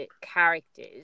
characters